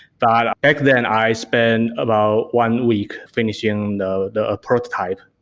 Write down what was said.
but back then i spent about one week finishing the the prototype.